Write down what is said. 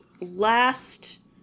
last